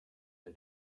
did